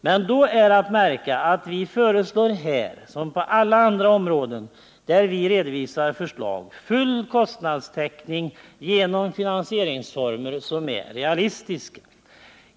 Men då är att märka att vi föreslår, här som på alla andra områden där vi redovisar förslag, full kostnadstäckning genom finansieringsformer som är realistiska.